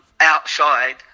outside